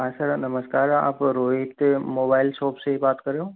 हाँ सर नमस्कार आप रोहित मोबाइल सॉप से बात कर रहे हो